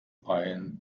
ein